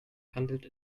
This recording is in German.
handelt